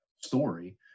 story